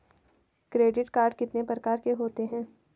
Credit card कितने प्रकार के होते हैं?